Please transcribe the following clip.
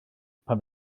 pan